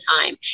time